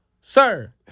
Sir